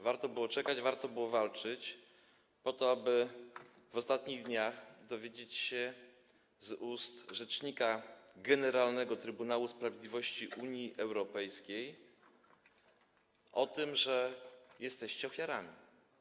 Warto było walczyć po to, aby - jak w ostatnich dniach - dowiedzieć się z ust rzecznika generalnego Trybunału Sprawiedliwości Unii Europejskiej o tym, że jesteście ofiarami.